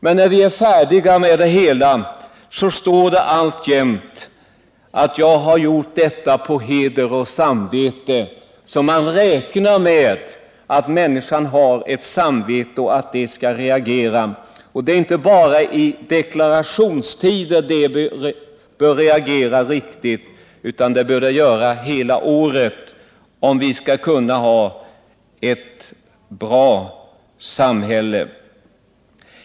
Men när vi är färdiga står det alltjämt att vi har gjort deklarationen ”på heder och samvete”. Man räknar med att människan har ett samvete och att detta skall reagera. Men inte bara i deklarationstider utan hela året bör det reagera, om vi skall ha ett bra samhälle.